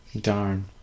Darn